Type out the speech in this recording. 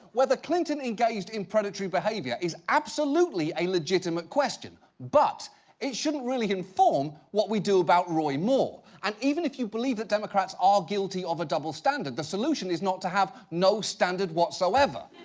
whether clinton engaged in predatory behavior is absolutely a legitimate question, but it shouldn't really inform what we do about roy moore. and, even if you believe the democrats are guilty of a double standard, the solution is not to have no standard whatsoever.